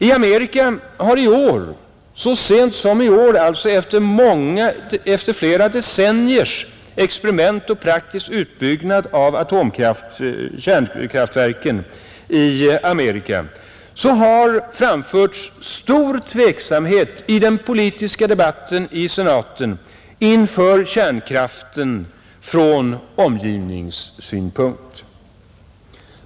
I Amerika har så sent som i år — alltså efter flera decenniers experiment och praktisk utbyggnad av kärnkraftverken där — framförts stor tveksamhet i den politiska debatten i senaten inför kärnkraften med hänsyn till omgivningen och miljön.